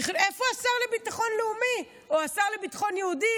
איפה השר לביטחון לאומי או השר לביטחון יהודים